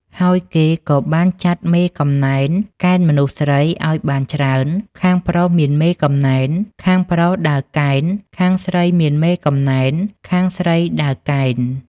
ហើយគេក៏បានចាត់មេកំណែន កេណ្ឌមនុស្សស្រីឲ្យបានច្រើន ខាងប្រុសមានមេកំណែន ខាងប្រុសដើរកេណ្ឌ ខាងស្រីមានមេកំណែន ខាងស្រីដើរកេណ្ឌ។